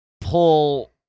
Pull